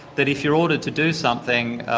that if you're ordered to do something,